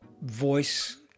voice